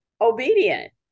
obedient